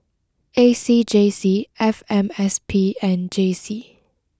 A C J C F M S P and J C